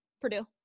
Purdue